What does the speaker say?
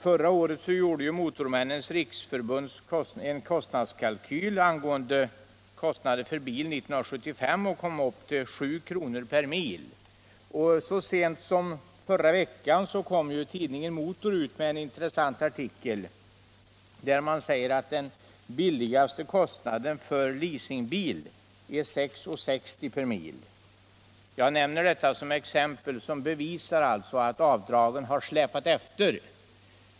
Förra året gjorde Motormännens riksförbund en kostnadskalkyl angående kostnader för bil under 1975 och kom då fram till 7 kr. per mil. Så sent som i förra veckan kom tidningen Motor ut med en intressant artikel, vari sägs att den lägsta kostnaden för leasingbil är 6:60 kronor per mil. Jag nämner detta som exempel på att avdragen har släpat efter.